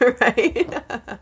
Right